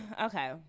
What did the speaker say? okay